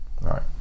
right